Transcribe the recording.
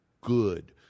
good